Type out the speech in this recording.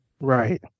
Right